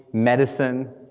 medicine,